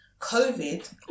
COVID